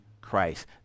Christ